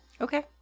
Okay